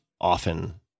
often